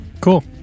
Cool